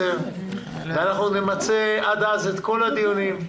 10:00 ואנחנו נמצה עד אז את כל הדיונים,